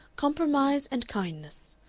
compromise and kindness.